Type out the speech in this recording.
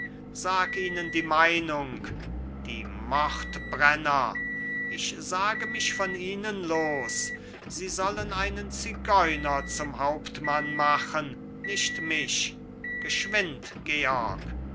sag ihnen die meinung die mordbrenner ich sage mich von ihnen los sie sollen einen zigeuner zum hauptmann machen nicht mich geschwind georg